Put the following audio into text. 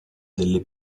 delle